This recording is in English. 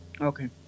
Okay